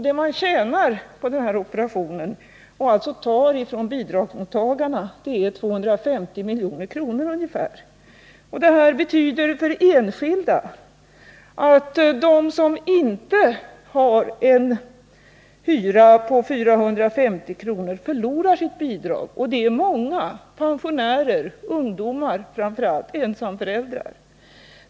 Det man tjänar på den här operationen — alltså det belopp som man tar från bidragsmottagarna — är ungefär 250 milj.kr. Det här betyder för enskilda att de som inte har en hyra på 450 kr. förlorar sitt bidrag. Och det är många, framför allt pensionärer, ungdomar och ensamma föräldrar.